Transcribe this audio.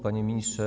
Panie Ministrze!